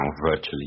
virtually